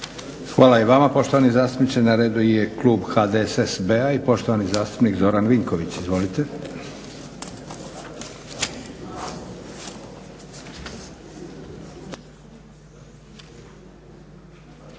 Hvala i vama poštovani zastupniče. Na redu je klub HDSSB-a i poštovani zastupnik Zoran Vinković. Izvolite.